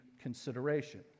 consideration